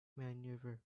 maneuver